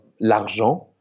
l'argent